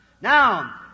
Now